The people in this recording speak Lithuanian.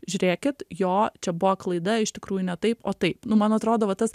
žiūrėkit jo čia buvo klaida iš tikrųjų ne taip o taip nu man atrodo va tas